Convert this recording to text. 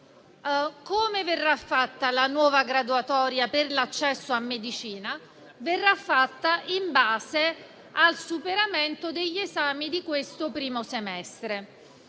Come verrà fatta la nuova graduatoria per l'accesso a medicina? Verrà fatta in base al superamento degli esami del primo semestre.